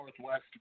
Northwest